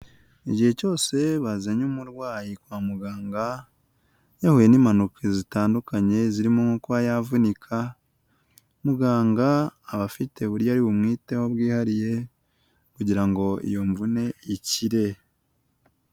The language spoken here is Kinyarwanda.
Igihe cyose bazanye umurwayi kwa muganga yahuye n'impanuka zitandukanye zirimo nko kuba yavunika, muganga aba afite uburyo ari bumwiteho bwihariye kugira ngo iyo mvune ikire.